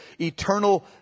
eternal